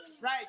Right